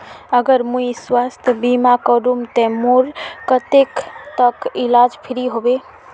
अगर मुई स्वास्थ्य बीमा करूम ते मोर कतेक तक इलाज फ्री होबे?